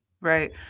Right